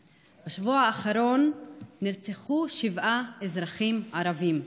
"בעוון מה המיתוה.") בשבוע האחרון נרצחו שבעה אזרחים ערבים,